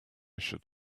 should